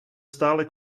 stále